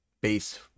base